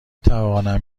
توانم